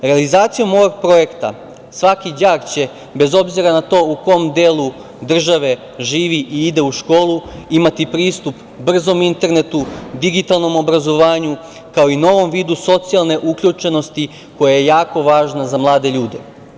Realizacijom ovog projekta svaki đak će, bez obzira na to u kom delu države živi i ide u školu, imati pristup brzom internetu, digitalnom obrazovanju, kao i novom vidu socijalne uključenosti koja je jako važna za mlade ljude.